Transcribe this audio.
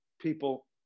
People